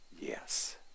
Yes